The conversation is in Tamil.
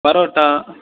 பரோட்டா